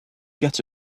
get